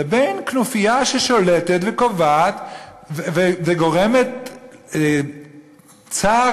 לבין כנופיה ששולטת וקובעת וגורמת צער